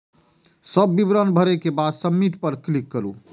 सब विवरण भरै के बाद सबमिट पर क्लिक करू